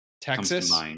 Texas